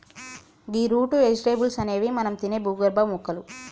గీ root vegetables అనేవి మనం తినే భూగర్భ మొక్కలు